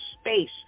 space